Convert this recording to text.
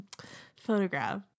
photograph